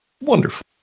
Wonderful